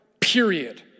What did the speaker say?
period